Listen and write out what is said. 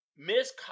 Miss